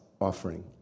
offering